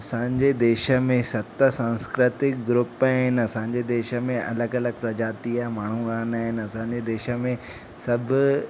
असांजे देश में सत संस्कृतिक ग्रुप आहिनि असांजे देश में अलॻि अलॻि प्रजाति जा माण्हू रहंदा आहिनि असांजे देश में सभु